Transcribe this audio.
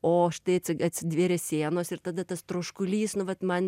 o štai atsivėrė sienos ir tada tas troškulys nu vat man